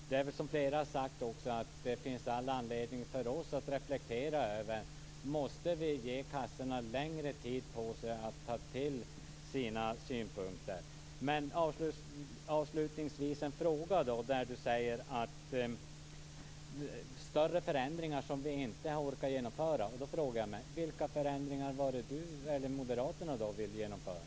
Det är väl också så, som flera har sagt, att det finns all anledning för oss att reflektera över frågan: Måste vi ge kassorna längre tid på sig att ta till sig synpunkter? Men avslutningsvis vill jag ställa en fråga. Du pratar om större förändringar som vi inte har orkat genomföra, och då frågar jag mig: Vilka förändringar är det då du eller moderaterna vill genomföra?